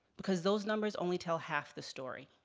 because those numbers only tell half the story.